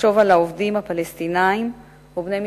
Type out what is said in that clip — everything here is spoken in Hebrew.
לחשוב על העובדים הפלסטינים ובני משפחותיהם,